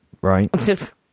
Right